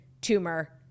tumor